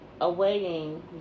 awaiting